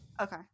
Okay